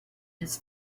his